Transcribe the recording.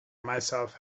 myself